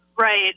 Right